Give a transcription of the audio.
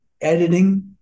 editing